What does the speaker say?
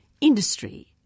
industry